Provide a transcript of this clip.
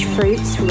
Fruits